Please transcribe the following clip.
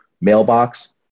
mailbox